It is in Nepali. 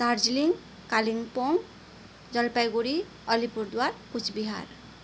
दार्जिलिङ कालिम्पोङ जलपाइगुडी अलिपुरद्वार कुच बिहार